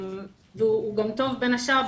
הוא גם טוב בין השאר,